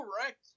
correct